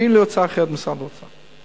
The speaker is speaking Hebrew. הביאו לי הצעה אחרת ממשרד האוצר.